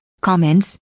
comments